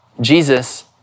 Jesus